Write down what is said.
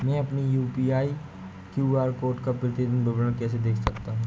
मैं अपनी UPI QR code का प्रतीदीन विवरण कैसे देख सकता हूँ?